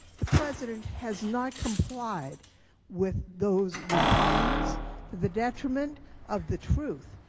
the president has not complied with those requirements to the detriment of the truth.